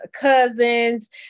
cousins